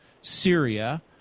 Syria